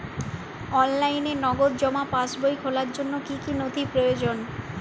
অনলাইনে নগদ জমা পাসবই খোলার জন্য কী কী নথি প্রয়োজন?